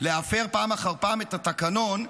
להפר פעם אחר פעם את התקנון,